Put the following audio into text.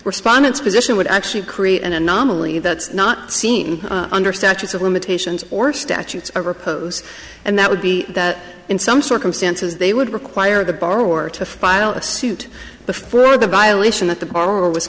respondents position would actually create an anomaly that's not seen under statutes of limitations or statutes of repose and that would be that in some circumstances they would require the borrower to file a suit before the violation that the bar